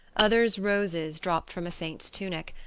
others roses dropped from a saint's tunic,